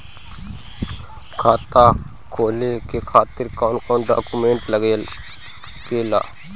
खाता खोले के खातिर कौन कौन डॉक्यूमेंट लागेला?